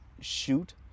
shoot